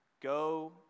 go